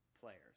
players